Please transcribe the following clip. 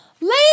lady